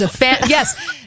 Yes